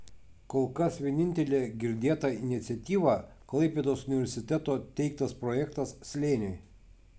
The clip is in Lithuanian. kol kas vienintelė girdėta iniciatyva klaipėdos universiteto teiktas projektas slėniui